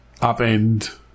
upend